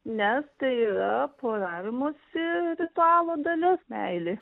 nes tai yra poravimosi ritualo dalis meilė